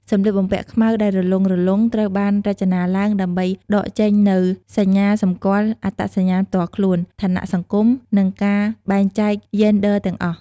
សម្លៀកបំពាក់ខ្មៅដែលរលុងៗត្រូវបានរចនាឡើងដើម្បីដកចេញនូវសញ្ញាសម្គាល់អត្តសញ្ញាណផ្ទាល់ខ្លួន ឋានៈសង្គម និងការបែងចែកយេនឌ័រទាំងអស់។